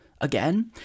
again